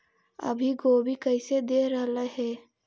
अभी गोभी कैसे दे रहलई हे?